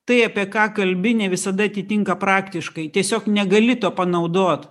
tai apie ką kalbi ne visada atitinka praktiškai tiesiog negali to panaudot